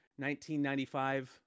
1995